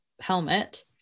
helmet